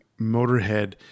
Motorhead